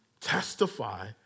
testify